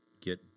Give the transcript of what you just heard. get